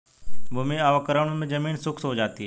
भूमि अवक्रमण मे जमीन शुष्क हो जाती है